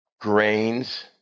grains